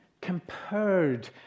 compared